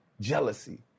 jealousy